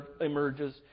emerges